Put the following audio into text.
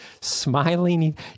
smiling